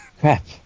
Crap